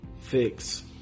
fix